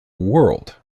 world